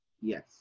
Yes